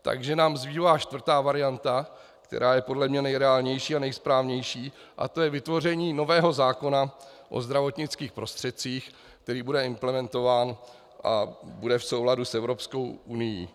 Takže nám zbývá čtvrtá varianta, která je podle mě nejreálnější a nejsprávnější, a to je vytvoření nového zákona o zdravotnických prostředcích, který bude implementován a bude v souladu s Evropskou unií.